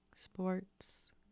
sports